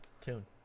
tune